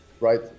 right